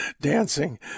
dancing